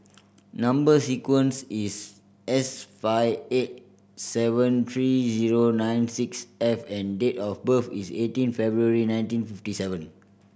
number sequence is S five eight seven three zero nine six F and date of birth is eighteen February nineteen fifty seven